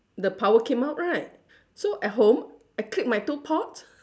the power came out right so at home I click my two pot